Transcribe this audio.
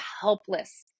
helpless